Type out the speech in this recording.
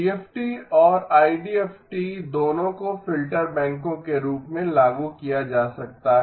DFT और IDFT दोनों को फ़िल्टरबैंकों के रूप में लागू किया जा सकता है